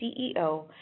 CEO